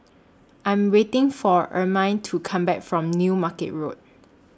I Am waiting For Ermine to Come Back from New Market Road